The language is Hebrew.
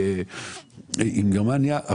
היה להם הסכם עם גרמניה,